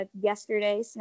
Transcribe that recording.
yesterday